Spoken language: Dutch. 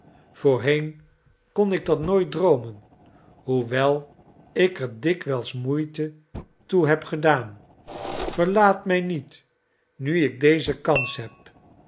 voorheen kon ik dat nooit droomen hoewel ik er dikwijls moeite toe heb gedaan verlaat mij niet nu ik deze kans heb